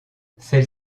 celle